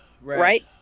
right